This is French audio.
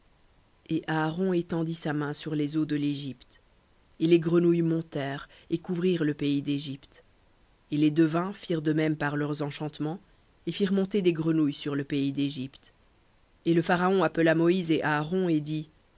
et aaron étendit sa main sur les eaux de l'égypte et les grenouilles montèrent et couvrirent le pays dégypte et les devins firent de même par leurs enchantements et firent monter des grenouilles sur le pays dégypte et le pharaon appela moïse et aaron et dit